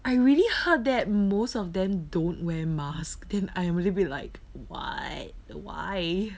I really heard that most of them don't wear mask then I am really be like why why